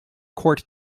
court